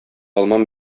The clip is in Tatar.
алмам